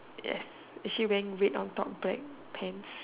yes is she wearing red on top black pants